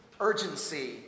urgency